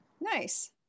nice